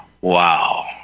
Wow